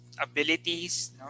abilities